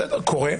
בסדר, קורה.